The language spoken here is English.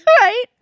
Right